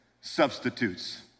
substitutes